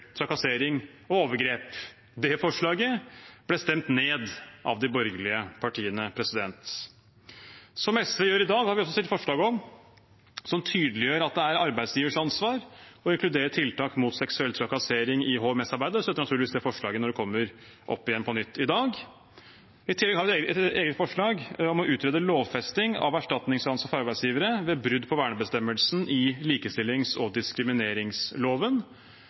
trakassering og overgrep. Det forslaget ble stemt ned av de borgerlige partiene. Som SV gjør i dag, har vi også stilt forslag om å tydeliggjøre at det er arbeidsgivers ansvar å inkludere tiltak mot seksuell trakassering i HMS-arbeidet, og vi støtter naturligvis det forslaget når det kommer opp igjen på nytt i dag. I tillegg har vi et eget forslag om å utrede lovfesting av erstatningsansvar for arbeidsgivere ved brudd på vernebestemmelsen i likestillings- og diskrimineringsloven,